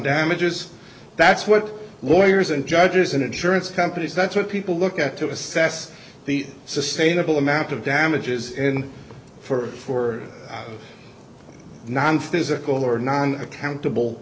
damages that's what lawyers and judges and insurance companies that's what people look at to assess the sustainable amount of damages in for nonphysical are not accountable